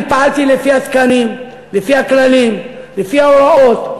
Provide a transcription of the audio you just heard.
אני פעלתי לפי התקנים, לפי הכללים, לפי ההוראות.